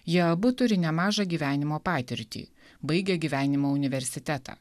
jie abu turi nemažą gyvenimo patirtį baigę gyvenimo universitetą